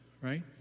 right